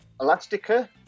Elastica